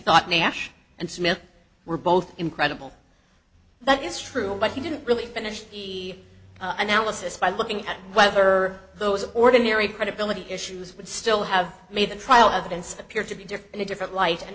thought nash and smith were both incredible that is true but he didn't really finish the analysis by looking at whether those ordinary credibility issues would still have made the trial of the appear to be there in a different light and